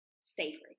savory